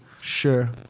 Sure